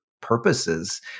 purposes